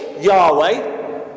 Yahweh